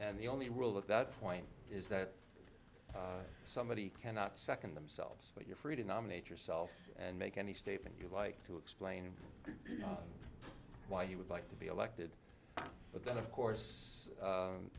and the only rule at that point is that somebody cannot second themselves but you're free to nominate yourself and make any statement you like to explain why you would like to be elected but then of course